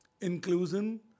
inclusion